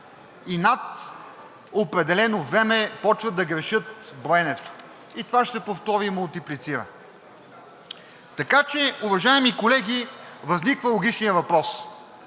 и над определено време започват да грешат броенето. И това ще се повтори и мултиплицира. Така че, уважаеми колеги, възниква логичният въпрос.